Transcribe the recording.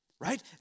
right